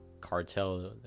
cartel